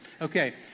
Okay